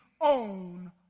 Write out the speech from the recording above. own